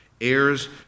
heirs